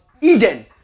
Eden